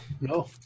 no